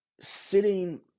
sitting